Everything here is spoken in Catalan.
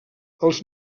els